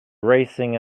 racing